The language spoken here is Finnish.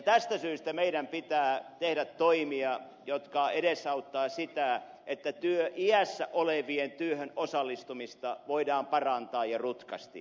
tästä syystä meidän pitää tehdä toimia jotka edesauttavat sitä että työiässä olevien työhön osallistumista voidaan parantaa ja rutkasti